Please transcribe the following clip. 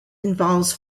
involves